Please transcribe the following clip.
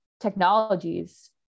technologies